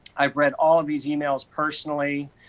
i've read all these emails, personally.